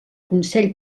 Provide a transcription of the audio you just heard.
consell